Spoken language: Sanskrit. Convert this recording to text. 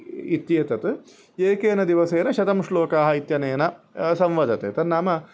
इत्येतत् एकेन दिवसेन शतं श्लोकाः इत्यनेन संवदते तन्नाम